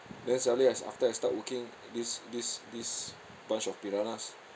then suddenly as after I start working this this this bunch of piranhas